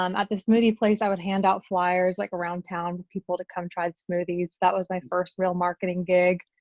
um at the smoothie place, i would hand out flyers like around town for people to come try smoothies. that was my first real marketing gig.